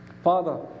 Father